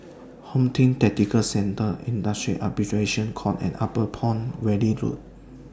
Home Team Tactical Centre Industrial Arbitration Court and Upper Palm Valley Road